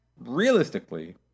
realistically